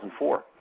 2004